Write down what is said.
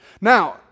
Now